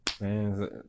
man